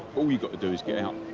all you've got to do is get out,